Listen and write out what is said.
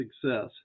success